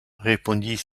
répondit